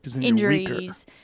injuries